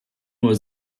nur